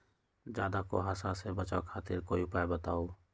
ज्यादा कुहासा से बचाव खातिर कोई उपाय बताऊ?